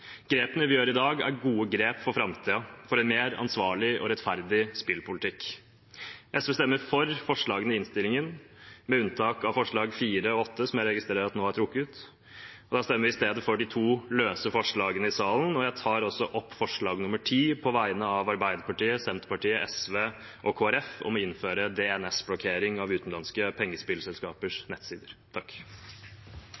Grepene vi tar i dag, er gode grep for framtiden, for en mer ansvarlig og rettferdig spillpolitikk. SV stemmer for forslagene i innstillingen, med unntak av forslag nr. 4 og forslag nr. 8 – som jeg registrerer nå er trukket. Da stemmer vi i stedet for de to løse forslagene i saken, og jeg tar også opp forslag nr. 10, på vegne av Arbeiderpartiet, Senterpartiet, SV og Kristelig Folkeparti – om å innføre DNS-blokkering av utenlandske pengespillselskapers